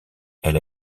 elle